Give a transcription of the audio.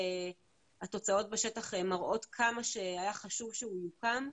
התוצאות בשטח מראות כמה שהיה חשוב שהוא יוקם.